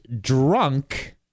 drunk